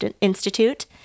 Institute